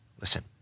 listen